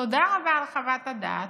תודה רבה על חוות הדעת,